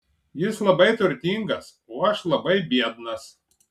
jis labai turtingas o aš labai biednas